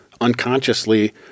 unconsciously